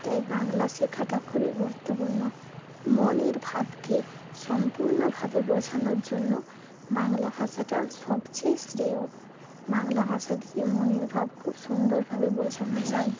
তাই বাংলা শেখাটা খুবই গুরুত্বপূর্ণ মনের ভাবকে সম্পূর্ণভাবে বোঝানোর জন্য বাংলা ভাষাটা সবচেয়ে শ্রেয় বাংলা ভাষা দিয়ে মনের ভাব খুব সুন্দরভাবে বোঝানো যায়